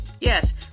Yes